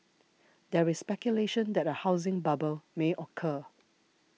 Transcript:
there is speculation that a housing bubble may occur